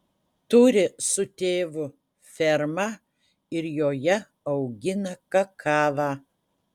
turi su tėvu fermą ir joje augina kakavą